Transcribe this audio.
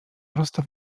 prosto